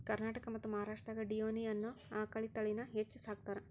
ಕರ್ನಾಟಕ ಮತ್ತ್ ಮಹಾರಾಷ್ಟ್ರದಾಗ ಡಿಯೋನಿ ಅನ್ನೋ ಆಕಳ ತಳಿನ ಹೆಚ್ಚ್ ಸಾಕತಾರ